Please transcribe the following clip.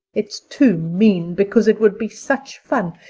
it's too mean, because it would be such fun.